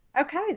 Okay